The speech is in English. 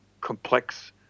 complex